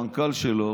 המנכ"ל שלו,